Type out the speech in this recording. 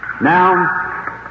Now